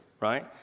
right